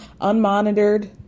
unmonitored